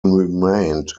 remained